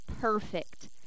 perfect